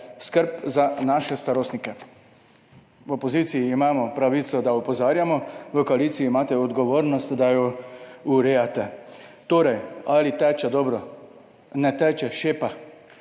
skrb za naše starostnike. V opoziciji imamo pravico, da opozarjamo. V koaliciji imate odgovornost, da jo urejate. Torej ali teče dobro, ne teče, šepa,